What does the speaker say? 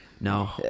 No